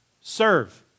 Serve